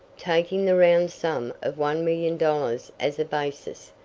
taking the round sum of one million dollars as a basis,